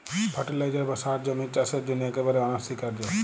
fertiliser বা সার জমির চাসের জন্হে একেবারে অনসীকার্য